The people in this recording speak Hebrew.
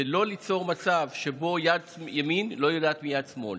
ולא ליצור מצב שבו יד ימין לא יודעת מיד שמאל.